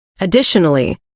Additionally